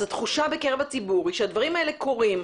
התחושה בקרב הציבור היא שהדברים קורים,